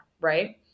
right